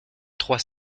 trois